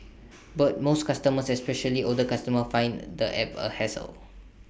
but most customers especially older customer find the app A hassle